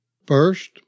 First